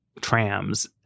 trams